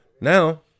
now